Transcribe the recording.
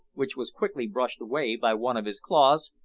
which was quickly brushed away by one of his claws,